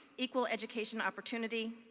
equal education opportunity,